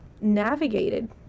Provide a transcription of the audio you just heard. navigated